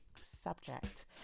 subject